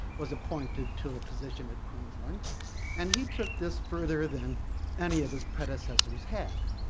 was appointed to a position at queensland and he took this further than any of his predecessors had.